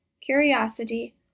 curiosity